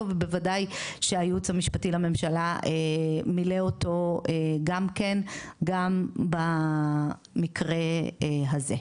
ובוודאי שהייעוץ המשפטי לממשלה מילא אותו גם כן גם המקרה הזה.